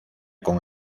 con